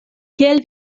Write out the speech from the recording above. kiel